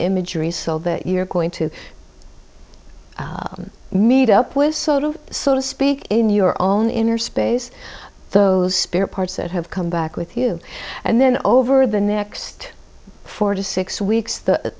imagery so that you're going to meet up with sort of so to speak in your own inner space those spare parts that have come back with you and then over the next four to six weeks th